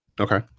Okay